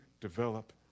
develop